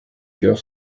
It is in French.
chœurs